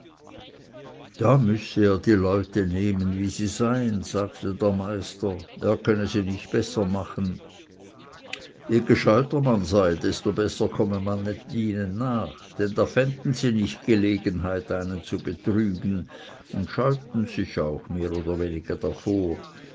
da müsse er die leute nehmen wie sie seien sagte der meister er könne sie nicht besser machen je gescheuter man sei desto besser komme man mit ihnen nach denn da fanden sie nicht gelegenheit einen zu betrügen und scheuten sich auch mehr oder weniger davor